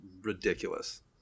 ridiculous